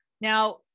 Now